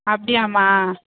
அப்படியாம்மா